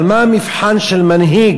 אבל מה המבחן של מנהיג?